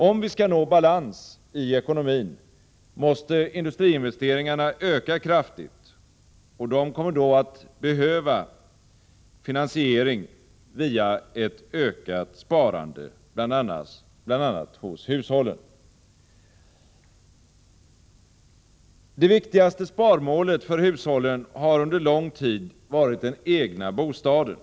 Om vi skall nå balans i ekonomin måste industriinvesteringarna öka kraftigt, och de kommer då att behöva finansieras genom ett ökat sparande, bl.a. hos hushållen. Det viktigaste sparmålet för hushållen har under lång tid varit den egna bostaden.